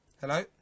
Hello